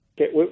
Okay